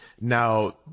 Now